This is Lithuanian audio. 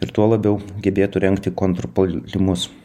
ir tuo labiau gebėtų rengti kontrpuolimus